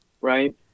right